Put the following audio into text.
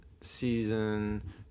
Season